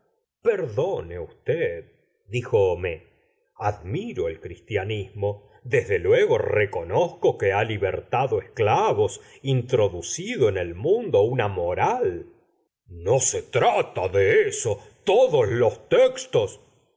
cristiano perdone usted dijo homais admiro el cris tianismo desde luego reconozco que ha libertado esclavos introducido en el mundo una moral no se trata de eso todos los textos